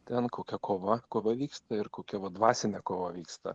ten kokia kova kova vyksta ir kokia va dvasinė kova vyksta